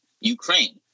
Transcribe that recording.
Ukraine